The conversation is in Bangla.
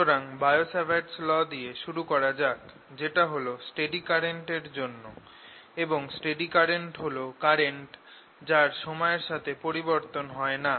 সুতরাং বায়ো সাভার্টস ল দিয়ে শুরু করা যাক যেটা হল স্টেডি কারেন্ট এর জন্য এবং স্টেডি কারেন্ট হল কারেন্ট যার সময়ের সাথে পরিবর্তন হয় না